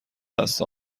دست